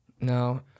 No